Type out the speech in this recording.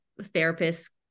therapists